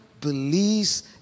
believes